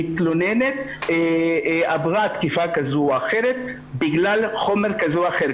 המתלוננת עברה תקיפה כזו או אחרת בגלל חומר כזה או אחר.